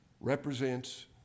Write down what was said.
represents